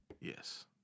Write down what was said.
Yes